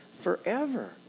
forever